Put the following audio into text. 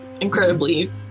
incredibly